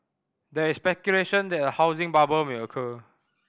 there is speculation that a housing bubble may occur